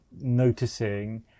noticing